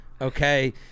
Okay